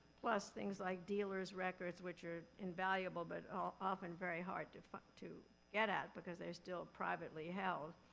plus things like dealers' records, which are invaluable, but ah often very hard to but to get at because they're still privately held.